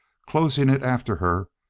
closing it after her,